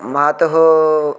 मातुः